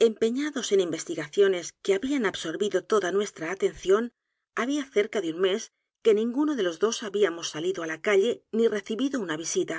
empeñados en investigaciones que habían absorbido toda nuestra atención hacía cerca de un mes que ninguno de los dos habíamos salido á la calle ni recibido una visita